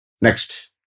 Next